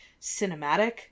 cinematic